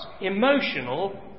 emotional